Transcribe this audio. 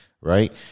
right